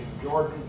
Jordan